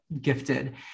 gifted